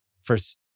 First